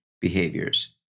behaviors